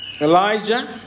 Elijah